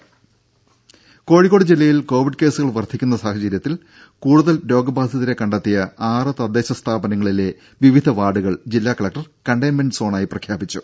ദേദ കോഴിക്കോട് ജില്ലയിൽ കോവിഡ് കേസുകൾ വർധിക്കുന്ന സാഹചര്യത്തിൽ കൂടുതൽ രോഗബാധിതരെ കണ്ടെത്തിയ ആറ് തദ്ദേശസ്ഥാപനങ്ങളിലെ വിവിധ വാർഡുകൾ ജില്ലാകലക്ടർ കണ്ടെയ്ൻമെന്റ് സോണായി പ്രഖ്യാപിച്ചു